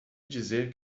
dizer